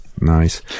nice